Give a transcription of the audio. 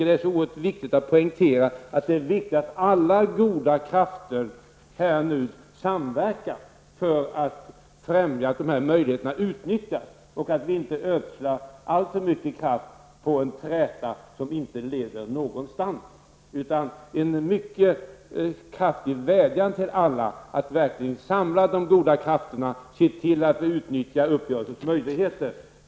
Det är viktigt att betona att alla goda krafter nu skall samverka för att främja att dessa möjligheter utnyttjas och att vi inte ödslar alltför mycket kraft på en träta som inte leder någonstans. Jag riktar en mycket stark vädjan till alla att verkligen samla de goda krafterna för att se till att uppgörelsens möjligheter utnyttjas.